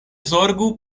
zorgu